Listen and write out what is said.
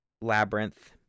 labyrinth